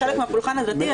היא חלק מהפולחן הדתי.